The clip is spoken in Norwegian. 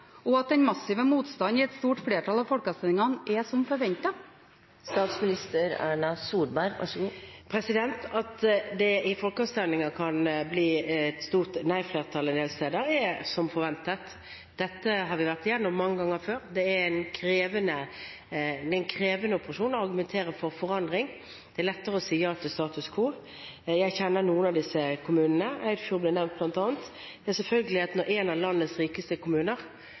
og at den massive motstanden i et stort flertall av folkeavstemningene er som forventet? At det i folkeavstemninger kan bli et stort nei-flertall en del steder, er som forventet. Dette har vi vært gjennom mange ganger før. Det er en krevende operasjon å argumentere for forandring. Det er lettere å si ja til status quo. Jeg kjenner noen av disse kommunene – Eidfjord ble nevnt bl.a. Det er selvfølgelig at når en av landets rikeste kommuner